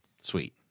Sweet